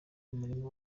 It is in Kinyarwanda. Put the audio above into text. umurimo